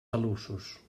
talussos